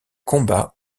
combat